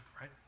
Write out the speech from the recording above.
right